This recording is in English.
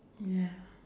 ya